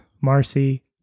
Marcy